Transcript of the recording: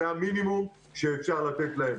זה המינימום שאפשר לתת להם.